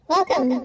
Welcome